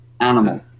Animal